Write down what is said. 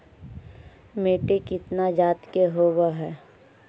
मिट्टी कितना जात के होब हय?